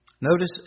Notice